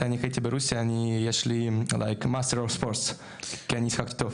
מתי אני הייתי ברוסיה אני יש לי --- כי אני שיחקתי טוב.